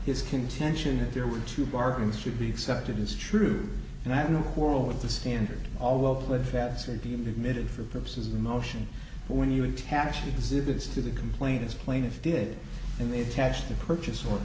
his contention that there were two bargains should be accepted is true and i have no quarrel with the standard all of the facts are deemed admitted for purposes of emotion when you attach exhibits to the complaint as plaintiff did and they attach the purchase or